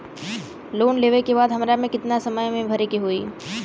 Loan लेवे के बाद हमरा के कितना समय मे भरे के होई?